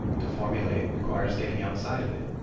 to formulate requires getting outside of it,